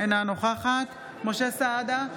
אינה נוכחת משה סעדה,